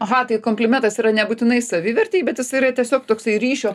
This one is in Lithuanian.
aha tai komplimentas yra nebūtinai savivertei bet jisai yra tiesiog toksai ryšio